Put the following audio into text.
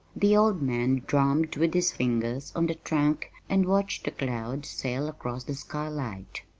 the old man drummed with his fingers on the trunk and watched a cloud sail across the skylight.